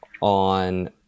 on